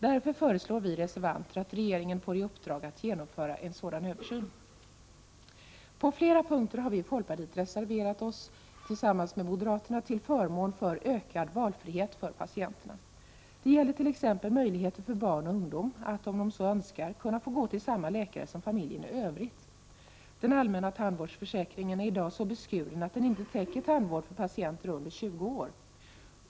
Vi reservanter föreslår därför att regeringen får i uppdrag att genomföra en sådan översyn. På flera punkter har vi i folkpartiet tillsammans med moderaterna reserverat oss till förmån för ökad valfrihet för patienterna. Det gäller t.ex. möjligheter för barn och ungdom att, om de så önskar, kunna få gå till samma tandläkare som familjen i övrigt. Den allmänna tandvårdsförsäkringen är i dag så beskuren att den inte täcker tandvård för patienter under 20 år.